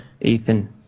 Ethan